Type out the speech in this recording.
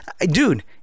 Dude